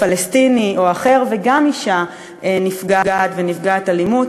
פלסטיני, או אחר, וגם אישה נפגעת ונפגעת אלימות.